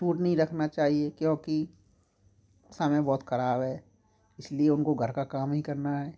छूट नहीं रखना चाहिए क्योंकि समय बहुत खराब है इसलिए उनको घर का काम ही करना है